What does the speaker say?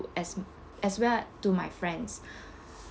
as as well to my friends